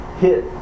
hit